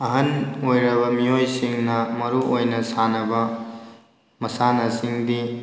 ꯑꯍꯜ ꯑꯣꯏꯔꯕ ꯃꯤꯑꯣꯏꯁꯤꯡꯅ ꯃꯔꯨꯑꯣꯏꯅ ꯁꯥꯟꯅꯕ ꯃꯁꯥꯟꯅꯁꯤꯡꯗꯤ